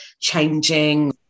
changing